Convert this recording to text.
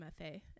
mfa